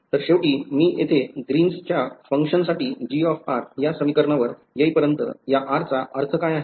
तर शेवटी मी येथे ग्रीनच्या function साठी या समीकरणावर येईपर्यंत या r चा अर्थ काय आहे